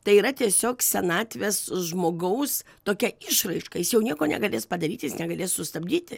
tai yra tiesiog senatvės žmogaus tokia išraiška jis jau nieko negalės padaryti jis negali sustabdyti